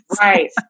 right